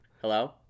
Hello